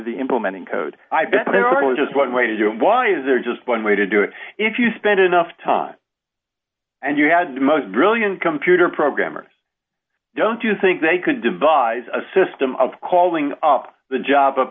the implementing code i bet there are just one way to do it why is there just one way to do it if you spent enough time and you had the most brilliant computer programmers don't you think they could devise a system of calling up the j